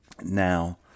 Now